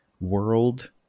world